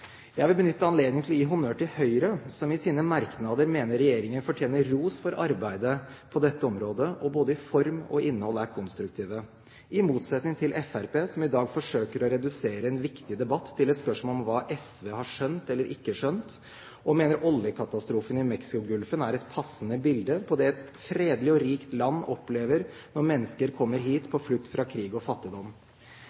Jeg vil benytte anledningen til å gi honnør til Høyre, som i sine merknader mener regjeringen fortjener ros for arbeidet på dette området og både i form og innhold er konstruktive, i motsetning til Fremskrittspartiet, som i dag forsøker å redusere en viktig debatt til et spørsmål om hva SV har skjønt eller ikke skjønt, og mener oljekatastrofen i Mexicogolfen er et passende bilde på det et fredelig og rikt land opplever når mennesker kommer hit